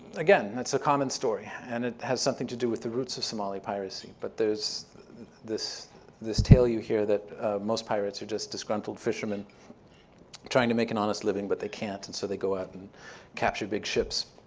again, that's a common story and it has something to do with the roots of somali piracy. but there's this this tale you hear that most pirates are just disgruntled fishermen trying to make an honest living, but they can't, and so they go out and capture big ships.